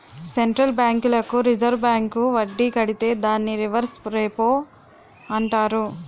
central బ్యాంకులకు reserve bank వడ్డీ కడితే దాన్ని రివర్స్ రెపో అంటారు